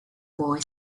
boy